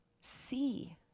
see